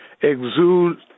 exude